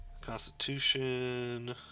Constitution